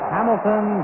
Hamilton